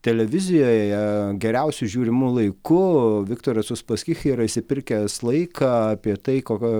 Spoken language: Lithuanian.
televizijoje geriausiu žiūrimu laiku viktoras uspaskich yra išsipirkęs laiką apie tai kokio